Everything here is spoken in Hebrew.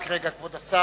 רק רגע, כבוד השר.